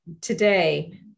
today